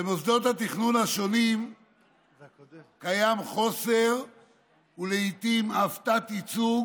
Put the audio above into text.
במוסדות התכנון השונים קיים חוסר ולעיתים אף תת-ייצוג